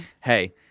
hey